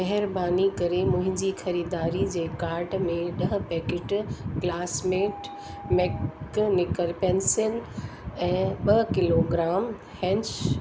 महिरबानी करे मुंहिंजी ख़रीदारी जे कार्ट में ॾह पैकेट क्लासमेट मैकेनिकल पैंसिल ऐं ॿ किलोग्राम हैंच